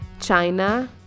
China